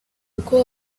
uko